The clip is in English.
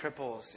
cripples